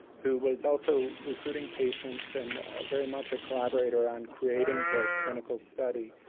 who was also recruiting patients, and very much a collaborator on creating the clinical study,